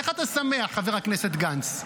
איך אתה שמח, חבר הכנסת גנץ?